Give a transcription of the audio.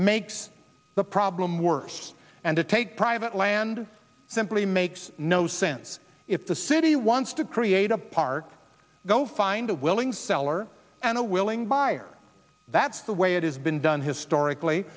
makes the problem worse and to take private land simply makes no sense if the city wants to create a park go find a willing seller and a willing buyer that's the way it has been done historically